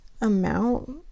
amount